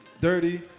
Dirty